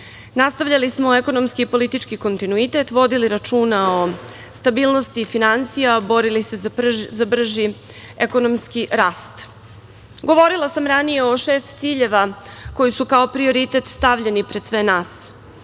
nastavljali smo ekonomski i politički kontinuitet, vodili računa o stabilnosti finansija i borili se za brži ekonomski rast. Govorila sam ranije o šest ciljeva koji su kao prioritet stavljeni pred sve nas